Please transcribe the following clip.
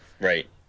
Right